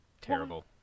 terrible